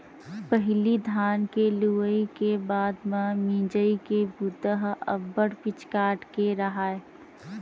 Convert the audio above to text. पहिली धान के लुवई के बाद म मिंजई के बूता ह अब्बड़ पिचकाट के राहय